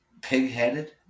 pig-headed